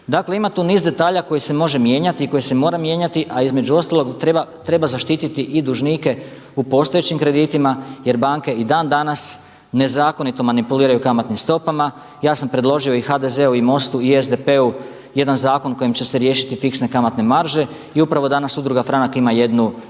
Dakle ima tu niz detalja koji se mogu mijenjati i koji se moraju mijenjati a između ostalog treba zaštiti i dužnike u postojećim kreditima jer banke i dan danas nezakonito manipuliraju kamatnim stopama. Ja sam predložio i HDZ-u i MOST-u i SDP-u jedan zakon kojim će se riješiti fiksne kamatne marže. I upravo danas Udruga FRANAK ima jednu pressicu